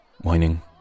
whining